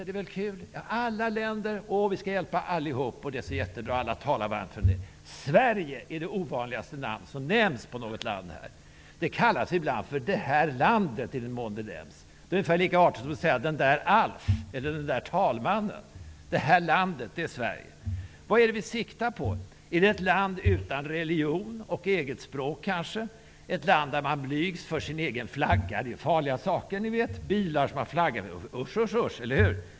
Det är väl kul? Vi skall hjälpa alla länder och allihop. Det är så jättebra. Alla talar varmt för det. Sverige är det ovanligaste namn av något land som nämns här. I den mån det nämns kallas det ibland för det här landet. Det är ungefär lika artigt som att säga den där Alf eller den där talmannen. Det här landet, det är Sverige. Vad är det vi siktar på? Är det kanske ett land utan religion och eget språk? Är det ett land där man blygs för sin egen flagga? Ni vet att det är farliga saker. Det finns bilar som har flagga. Usch, usch, usch! Eller hur?